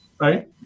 right